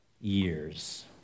years